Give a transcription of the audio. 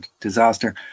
disaster